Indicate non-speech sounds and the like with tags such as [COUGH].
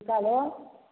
[UNINTELLIGIBLE]